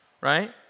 Right